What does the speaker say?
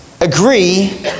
agree